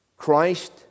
Christ